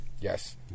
Yes